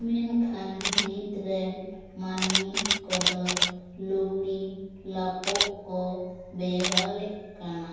ᱢᱮᱱᱠᱷᱟᱱ ᱱᱤᱛ ᱨᱮᱱ ᱢᱟᱹᱱᱢᱤ ᱠᱚᱫᱚ ᱞᱩᱜᱽᱲᱤ ᱞᱟᱯᱚᱜ ᱠᱚ ᱵᱮᱣᱦᱟᱨᱮᱫ ᱠᱟᱱᱟ